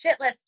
shitless